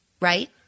right